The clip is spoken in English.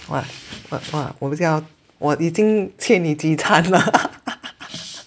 哇哇哇我不知道我已经欠你几餐了